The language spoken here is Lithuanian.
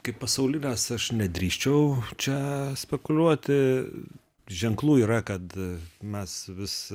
kaip pasaulinės aš nedrįsčiau čia spekuliuot ženklų yra kad mes vis